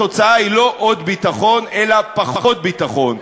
התוצאה היא לא עוד ביטחון אלא פחות ביטחון.